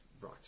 Right